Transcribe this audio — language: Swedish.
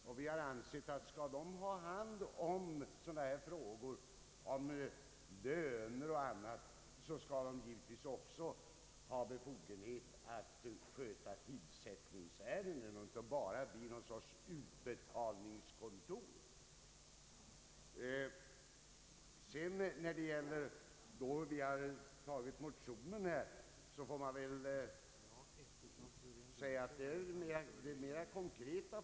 Utskottet har ansett att förvaltningsstyrelsen bör ta hand om sådana frågor som gäller löner och annat, men att den givetvis också bör ha befogenhet att avgöra tillsättningsärenden och inte bara bli någon sorts utbetalningskontor.